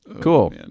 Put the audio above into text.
Cool